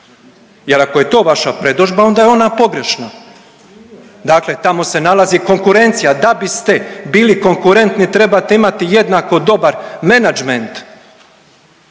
Jer ako je to vaša predodžba, onda je ona pogrešna. Dakle, tamo se nalazi konkurencija, da biste bili konkurentni, trebate imati jednako dobar menadžment.